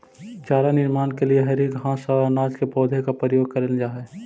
चारा निर्माण के लिए हरी घास और अनाज के पौधों का प्रयोग करल जा हई